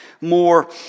more